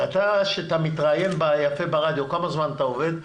ואתה, שמתראיין יפה ברדיו, כמה זמן אתה עובד?